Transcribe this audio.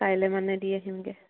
কাইলৈ মানে দিম আহিমগৈ